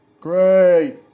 Great